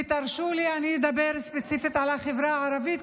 ותרשו לי לדבר ספציפית על החברה הערבית,